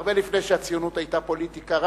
הרבה לפני שהציונות היתה פוליטיקה,